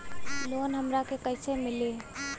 Loan हमरा के कईसे मिली?